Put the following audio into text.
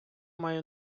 маю